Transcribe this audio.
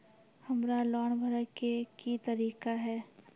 हमरा लोन भरे के की तरीका है?